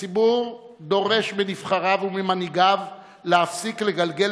הציבור דורש מנבחריו וממנהיגיו להפסיק לגלגל